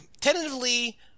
tentatively